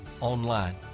online